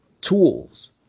tools